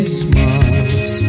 smiles